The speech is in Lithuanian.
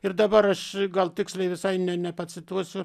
ir dabar aš gal tiksliai visai ne nepacituosiu